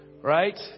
Right